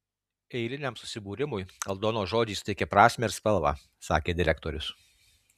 eiliniam susibūrimui aldonos žodžiai suteikia prasmę ir spalvą sakė direktorius